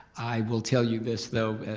i will tell you this though,